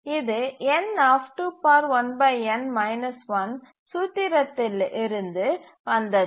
இது சூத்திரங்களிலிருந்து வந்தது